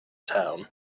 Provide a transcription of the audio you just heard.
town